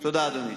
תודה, אדוני.